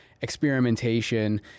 experimentation